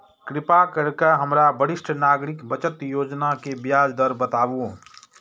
कृपा करके हमरा वरिष्ठ नागरिक बचत योजना के ब्याज दर बताबू